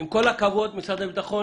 משרד הביטחון